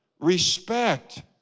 respect